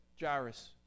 Jairus